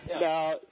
Now